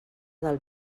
del